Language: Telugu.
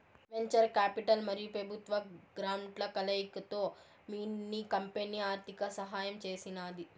వెంచర్ కాపిటల్ మరియు పెబుత్వ గ్రాంట్ల కలయికతో మిన్ని కంపెనీ ఆర్థిక సహాయం చేసినాది